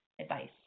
advice